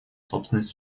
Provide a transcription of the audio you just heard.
собственной